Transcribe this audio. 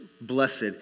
blessed